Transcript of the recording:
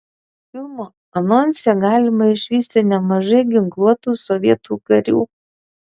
filmo anonse galima išvysti nemažai ginkluotų sovietų karių